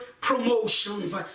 promotions